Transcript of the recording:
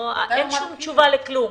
אין שום תשובה לכלום.